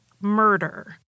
murder